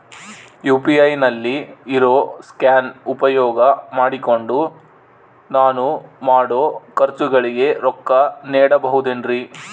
UPI ನಲ್ಲಿ ಇರೋ scan ಉಪಯೋಗ ಮಾಡಿಕೊಂಡು ನಾನು ಮಾಡೋ ಖರ್ಚುಗಳಿಗೆ ರೊಕ್ಕ ನೇಡಬಹುದೇನ್ರಿ?